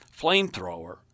flamethrower